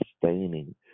sustaining